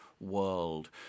world